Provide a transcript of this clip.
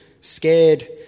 scared